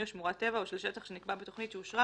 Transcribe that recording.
או שמורת טבע או של שטח שנקבע בתכנית שאושרה